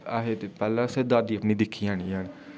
ऐ हे पैह्लें असें दादी अपनियां दिक्खी नेईं हैन